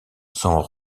sont